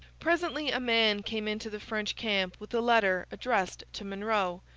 presently a man came in to the french camp with a letter addressed to monro,